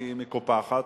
היא מקופחת,